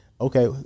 okay